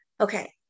okay